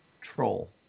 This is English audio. troll